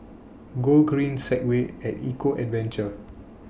Gogreen Segway At Eco Adventure